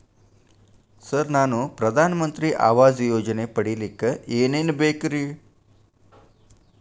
Sir ನಾನು ಪ್ರಧಾನ ಮಂತ್ರಿ ಆವಾಸ್ ಯೋಜನೆ ಪಡಿಯಲ್ಲಿಕ್ಕ್ ಏನ್ ಏನ್ ಬೇಕ್ರಿ?